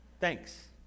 Thanks